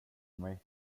mig